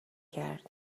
کرد